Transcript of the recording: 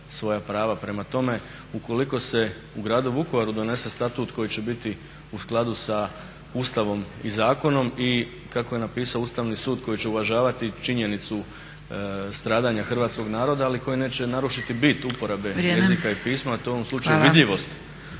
svoja prava. Prema tome, ukoliko se u gradu Vukovaru donese statut koji će biti u skladu sa Ustavom i zakonom i kako je napisao Ustavni sud koji će uvažavati činjenicu stradanja hrvatskog naroda ali i koji neće narušiti bit uporabe jezika i pisma, a to je u ovom slučaju vidljivost